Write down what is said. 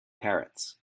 parrots